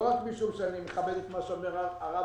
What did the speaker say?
לא רק משום שאני מכבד את מה שאומר הרב